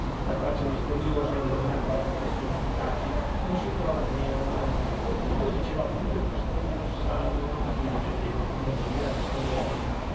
la traccia misteriosa indovinata da pochi segni fugaci non si trova che nei romanzi me lo diceva appunto il questore di rossano da cui dipendevo prima di venire a castelnuovo